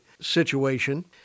situation